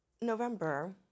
November